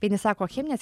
vieni sako cheminės